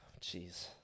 Jeez